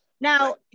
Now